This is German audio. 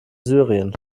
syrien